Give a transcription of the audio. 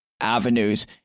avenues